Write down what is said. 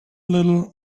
little